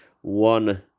One